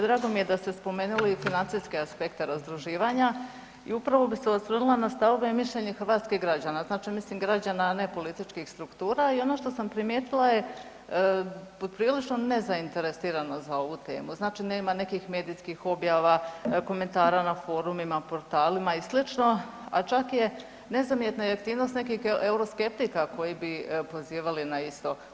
Drago mi je da ste spomenuli financijske aspekte razdruživanja i upravo bi se osvrnula na stavove i mišljenja hrvatskih građana, znači mislim građana a ne političkih struktura i ono što sam primijetila je da poprilična nezainteresiranost za ovu temu, znači nema nekih medijskih objava, komentara na forumima, portalima i slično, a čak je i nezamjetna aktivnost euro skeptika koji bi pozivali na isto.